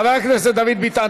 חבר הכנסת דוד ביטן,